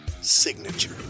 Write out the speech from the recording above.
signature